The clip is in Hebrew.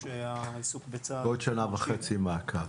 בעוד שנה וחצי מעקב.